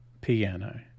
Piano